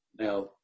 Now